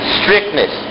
strictness